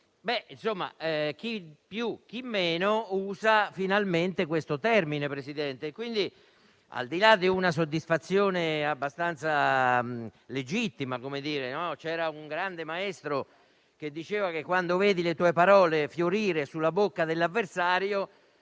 chi più chi meno, si usa finalmente questo termine. Vi è pertanto una soddisfazione abbastanza legittima, perché un grande maestro diceva che quando vedi le tue parole fiorire sulla bocca dell'avversario,